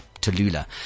Tallulah